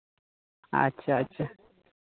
ᱟᱪᱪᱷᱟ ᱟᱪᱪᱷᱟ